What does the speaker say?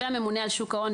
והממונה על שוק ההון,